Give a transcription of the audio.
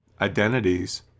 identities